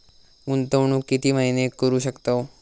गुंतवणूक किती महिने करू शकतव?